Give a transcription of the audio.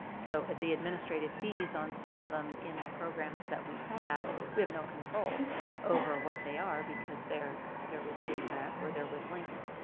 so the administrative fees on some of them in the programs that we have, we have no control over what they are because they're they're with tia-cref or they're with lincoln.